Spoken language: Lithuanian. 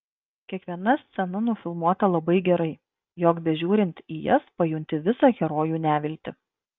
kiekviena scena nufilmuota labai gerai jog bežiūrint į jas pajunti visą herojų neviltį